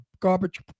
Garbage